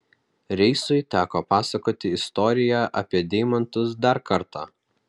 reisui teko pasakoti istoriją apie deimantus dar kartą